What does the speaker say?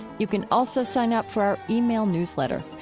you can also sign up for our um e-mail newsletter,